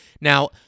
Now